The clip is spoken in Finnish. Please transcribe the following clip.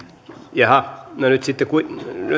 vai edustaja haatainen nyt